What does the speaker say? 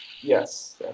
Yes